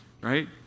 right